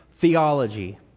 theology